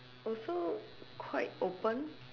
also quite open